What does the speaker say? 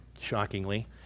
shockingly